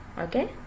okay